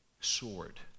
sword